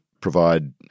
provide